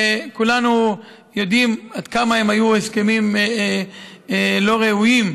שכולנו יודעים עד כמה הם היו הסכמים לא ראויים,